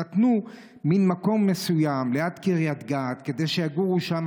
נתנו מין מקום מסוים ליד קריית גת כדי שיגורו שם,